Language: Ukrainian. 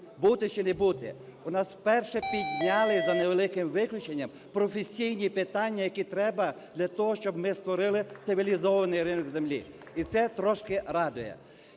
бути чи не бути, у нас вперше підняли, за невеликим виключенням, професійні питання, які треба для того, щоб ми створили цивілізований ринок землі. І це трошки радує.